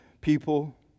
people